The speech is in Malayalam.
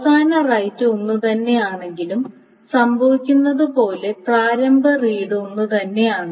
അവസാന റൈറ്റ് ഒന്നുതന്നെയാണെങ്കിലും സംഭവിക്കുന്നത് പോലെ പ്രാരംഭ റീഡ് ഒന്നുതന്നെയാണ്